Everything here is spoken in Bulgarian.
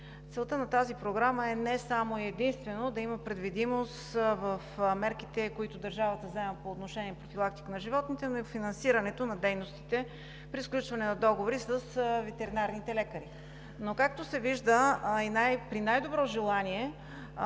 Целта на тази програма е не само и единствено да има предвидимост в мерките, които държавата взема по отношение профилактиката на животните, но и финансирането на дейностите при сключване на договори с ветеринарните лекари, но, както се вижда, и при най-добро желание